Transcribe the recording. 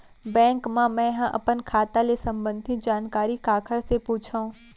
Bank मा मैं ह अपन खाता ले संबंधित जानकारी काखर से पूछव?